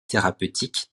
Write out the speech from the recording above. thérapeutiques